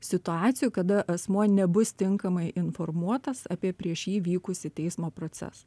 situacijų kada asmuo nebus tinkamai informuotas apie prieš jį vykusį teismo procesą